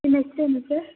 ನಿಮ್ಮ ಹೆಸರೇನು ಸರ್